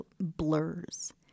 blurs